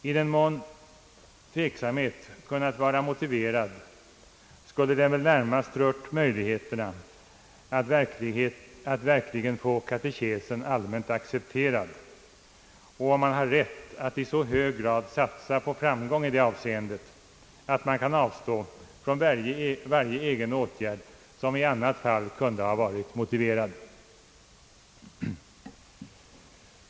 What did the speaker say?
I den mån tveksamhet kunnat vara motiverad skulle den väl närmast rört möjligheterna att verkligen få katekesen allmänt accepterad, och om man hade rätt att i så hög grad satsa på framgång i det avseendet, att man kunde avstå från varje egen åtgärd som i annat fall kunde varit motiverad.